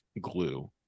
glue